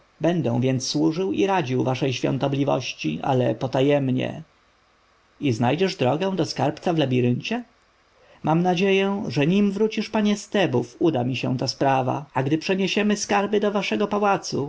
będę więc służył i radził waszej świątobliwości ale potajemnie i znajdziesz drogę do skarbca w labiryncie mam nadzieję że nim wrócisz panie z tebów uda mi się ta sprawa a gdy przeniesiemy skarby do waszego pałacu